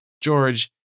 George